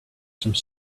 some